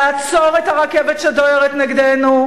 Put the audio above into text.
לעצור את הרכבת שדוהרת נגדנו,